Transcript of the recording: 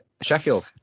Sheffield